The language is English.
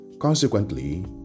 Consequently